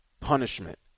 Punishment